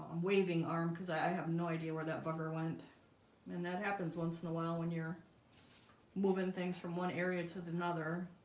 waving arm because i have no idea where that bugger went and that happens once in a while when you're moving things from one area to another